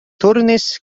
turnis